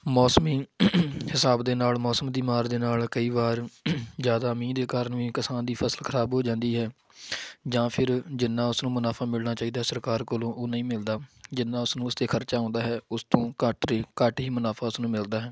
ਮੌਸਮੀ ਹਿਸਾਬ ਦੇ ਨਾਲ ਮੌਸਮ ਦੀ ਮਾਰ ਦੇ ਨਾਲ ਕਈ ਵਾਰ ਜ਼ਿਆਦਾ ਮੀਂਹ ਦੇ ਕਾਰਨ ਵੀ ਕਿਸਾਨ ਦੀ ਫਸਲ ਖਰਾਬ ਹੋ ਜਾਂਦੀ ਹੈ ਜਾਂ ਫਿਰ ਜਿੰਨਾ ਉਸਨੂੰ ਮੁਨਾਫਾ ਮਿਲਣਾ ਚਾਹੀਦਾ ਸਰਕਾਰ ਕੋਲੋਂ ਉਹ ਨਹੀਂ ਮਿਲਦਾ ਜਿੰਨਾ ਉਸਨੂੰ ਇਸ 'ਤੇ ਖਰਚਾ ਆਉਂਦਾ ਹੈ ਉਸ ਤੋਂ ਘੱਟ ਰੇ ਘੱਟ ਹੀ ਮੁਨਾਫਾ ਉਸਨੂੰ ਮਿਲਦਾ ਹੈ